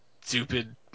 stupid